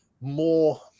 more